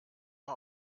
mal